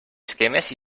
esquemes